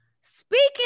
speaking